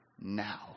now